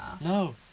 No